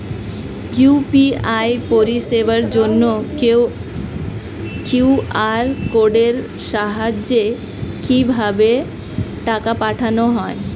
UPI পরিষেবার জন্য QR কোডের সাহায্যে কিভাবে টাকা পাঠানো হয়?